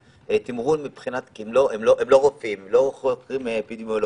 הם אמנם לא רופאים, הם לא חוקרים אפידמיולוגים,